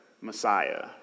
Messiah